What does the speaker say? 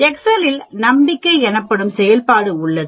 Excel இல் நம்பிக்கை எனப்படும் செயல்பாடு உள்ளது